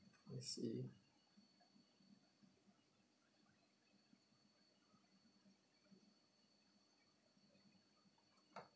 I see